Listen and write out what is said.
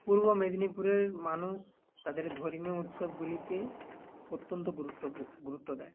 পূর্ব মেদিনীপুরের মানুষ তাদের ধর্মীয় উৎসবগুলিতে অত্যন্ত গুরুত্বপূর গুরুত্ব দেয়